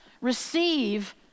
receive